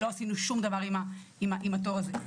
לא עשינו שום דבר עם התור הזה.